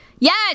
Yes